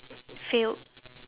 failed